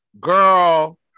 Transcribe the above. girl